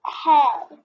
head